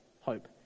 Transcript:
hope